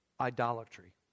idolatry